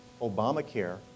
Obamacare